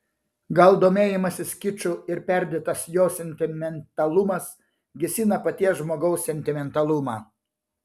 gal domėjimasis kiču ir perdėtas jo sentimentalumas gesina paties žmogaus sentimentalumą